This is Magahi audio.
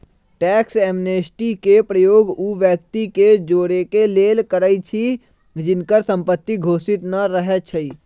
टैक्स एमनेस्टी के प्रयोग उ व्यक्ति के जोरेके लेल करइछि जिनकर संपत्ति घोषित न रहै छइ